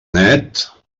net